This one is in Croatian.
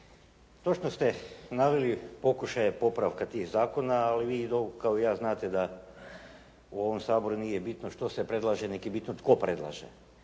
to što ste naveli pokušaj je popravka tih zakona, ali vi dobro kao i ja znate da u ovom Saboru nije bitno što se predlaže, nego je bitno tko predlaže